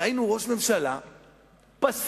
ראינו ראש ממשלה פסיבי,